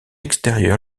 extérieur